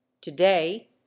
today